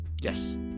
Yes